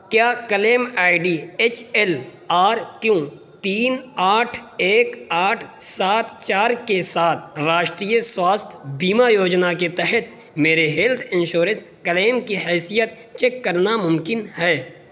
کیا claim I D H L R Q تین آٹھ ایک آٹھ سات چار کے ساتھ راشٹریہ سواستھ بیمہ یوجنا کے تحت میرے ہیلتھ انشورنس کلیم کی حیثیت چیک کرنا ممکن ہے